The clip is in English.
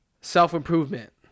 self-improvement